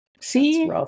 see